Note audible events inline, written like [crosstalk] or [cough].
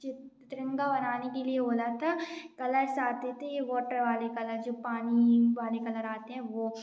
तिरंगा बनाने के लिए बोला था कलर साथ [unintelligible] थे वॉटर वाले कलर जो पानी पानी कलर आते हैं वो